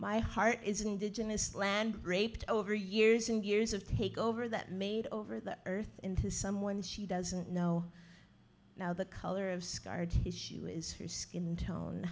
my heart is an indigenous land raped over years and years of take over that made over the earth into someone she doesn't know now the color of scar tissue is fair skin tone